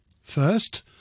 First